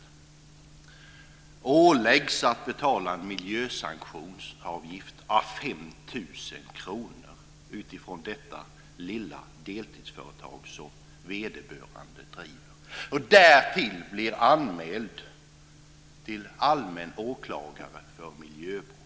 Hon åläggs att erlägga en miljösanktionsavgift à 5 000 kr utifrån det lilla deltidsföretag som hon driver. Därtill blir hon anmäld till allmän åklagare för miljöbrott.